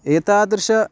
एतादृशाः